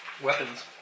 Weapons